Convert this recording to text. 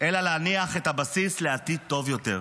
את הבסיס לעתיד טוב יותר.